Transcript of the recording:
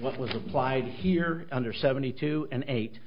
what was applied here under seventy two and eight